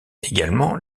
également